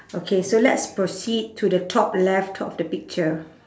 okay so let's proceed to the top left top of the picture